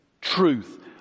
truth